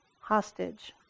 hostage